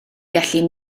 gallu